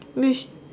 which